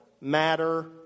matter